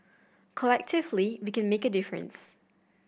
collectively we can make a difference